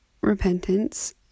repentance